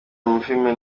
amafilime